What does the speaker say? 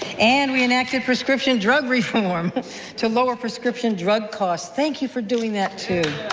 and we enacted prescription drug reform to lower prescription drug costs. thank you for doing that too.